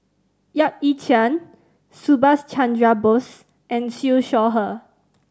Yap Ee Chian Subhas Chandra Bose and Siew Shaw Her